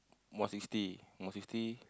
more sixty more sixty